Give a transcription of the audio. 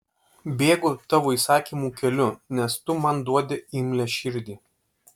bėgu tavo įsakymų keliu nes tu man duodi imlią širdį